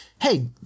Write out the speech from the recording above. hey